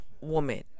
woman